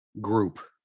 group